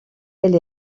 elle